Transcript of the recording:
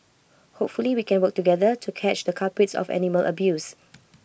hopefully we can work together to catch the culprits of animal abuse